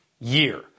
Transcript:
year